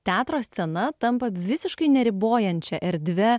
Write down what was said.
teatro scena tampa visiškai neribojančia erdve